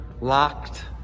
locked